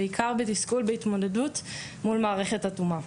בהתמודדות מול מערכת אטומה.